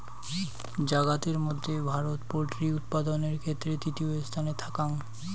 জাগাতের মধ্যে ভারত পোল্ট্রি উৎপাদানের ক্ষেত্রে তৃতীয় স্থানে থাকাং